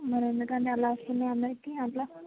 మరి ఎందుకండి అలా వస్తుంది ఆ అందరికి అట్లా